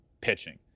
pitching